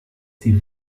die